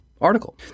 article